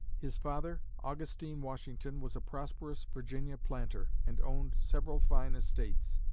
his father, augustine washington, was a prosperous virginia planter, and owned several fine estates.